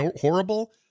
horrible